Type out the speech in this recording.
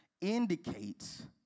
indicates